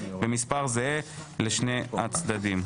ומספר זהה לשני הצדדים.